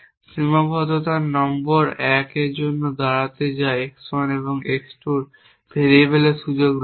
সীমাবদ্ধতা নম্বর 1 এর জন্য দাঁড়াতে যা x 1 এবং x 2 ভেরিয়েবলের সুযোগ রয়েছে